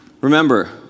Remember